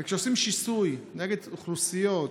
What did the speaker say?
וכשעושים שיסוי נגד אוכלוסיות,